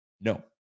No